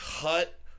cut